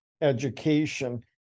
education